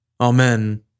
Amen